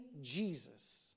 Jesus